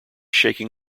shaking